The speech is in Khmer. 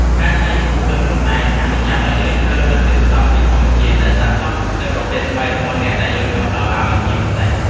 ការច្នៃសាប៊ូដោយខ្លួនឯងអនុញ្ញាតឱ្យយើងជ្រើសរើសធាតុផ្សំពីធម្មជាតិដែលស័ក្តិសមនឹងប្រភេទស្បែករបស់អ្នកដែលយើងចង់ផ្តល់ឱ្យជាពិសេស។